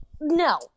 No